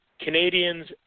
Canadians